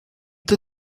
the